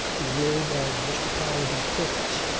he would, as mr. powell depicts,